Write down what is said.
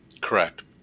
Correct